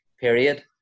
period